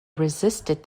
resisted